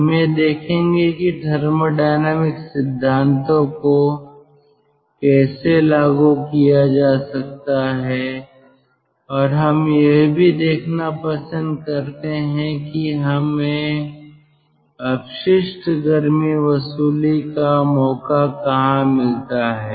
हम यह देखेंगे कि थर्मोडायनामिक सिद्धांतों को कैसे लागू किया जा सकता है और हम यह भी देखना पसंद करते हैं कि हमें अपशिष्ट गर्मी वसूली का मौका कहां मिलता है